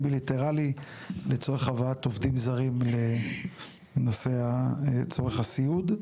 בי-לטראלי לצורך הבאת עובדים זרים לצורך הסיעוד,